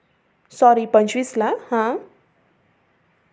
sorry पंचवीसला हां